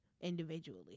individually